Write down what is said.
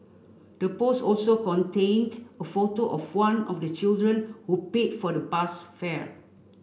the post also contained a photo of one of the children who paid for the bus fare